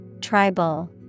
Tribal